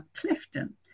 Clifton